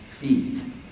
feet